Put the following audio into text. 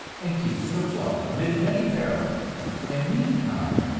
and keeps it afloat amid many perils and meantime,